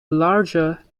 larger